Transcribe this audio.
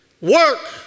Work